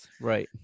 right